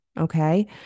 Okay